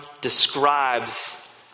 describes